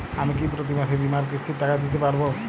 আমি কি প্রতি মাসে বীমার কিস্তির টাকা দিতে পারবো?